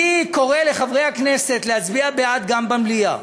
אני קורא לחברי הכנסת להצביע בעד גם במליאה.